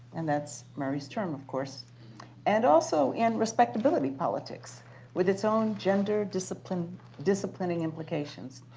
and that's murray's term, of course and also in respectability politics with its own gender-disciplining gender-disciplining implications.